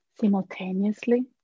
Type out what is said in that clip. simultaneously